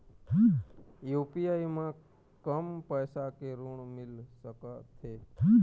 UPI म कम पैसा के ऋण मिल सकथे?